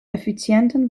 effizienten